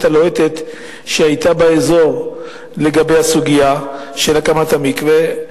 הלוהטת שהיתה באזור בסוגיה של הקמת המקווה,